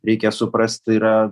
reikia suprast yra